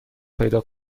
پیدا